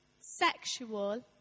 sexual